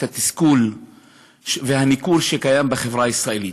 את התסכול והניכור שקיימים בחברה הישראלית.